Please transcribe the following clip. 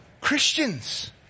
Christians